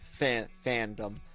fandom